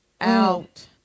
out